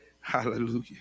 Hallelujah